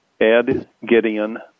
edgideon